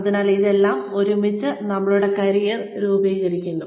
അതിനാൽ ഇതെല്ലാം ഒരുമിച്ച് നമ്മളുടെ കരിയർ രൂപീകരിക്കുന്നു